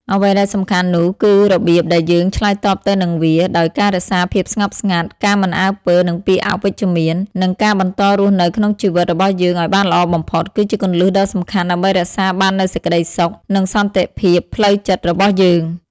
អ្វីដែលសំខាន់នោះគឺរបៀបដែលយើងឆ្លើយតបទៅនឹងវា ដោយការរក្សាភាពស្ងប់ស្ងាត់ ការមិនអើពើនឹងពាក្យអវិជ្ជមាន និងការបន្តរស់នៅក្នុងជីវិតរបស់យើងឱ្យបានល្អបំផុត គឺជាគន្លឹះដ៏សំខាន់ដើម្បីរក្សាបាននូវសេចក្តីសុខ និងសន្ដិភាពផ្លូវចិត្ដរបស់យើង។